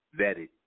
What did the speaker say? vetted